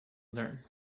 learn